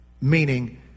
meaning